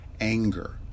anger